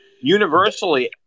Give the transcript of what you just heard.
Universally